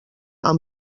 amb